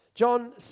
John